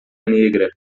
negra